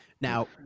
Now